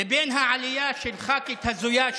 לבין העלייה של ח"כית הזויה,